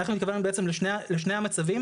אנחנו התכוונו לשני המצבים.